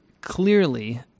clearly